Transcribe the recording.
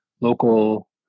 local